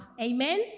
Amen